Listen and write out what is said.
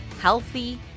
healthy